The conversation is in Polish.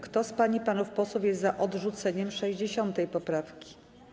Kto z pań i panów posłów jest za odrzuceniem 60. poprawki?